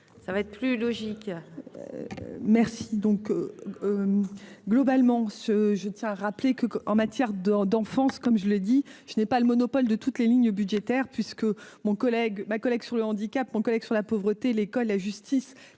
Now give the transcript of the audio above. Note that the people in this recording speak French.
ça va être plus logique. Merci donc globalement ce je tiens à rappeler que, en matière de d'enfance comme je l'ai dit, je n'ai pas le monopole de toutes les lignes budgétaires puisque mon collègue ma collègue sur le handicap, mon collègue sur la pauvreté, l'école, la justice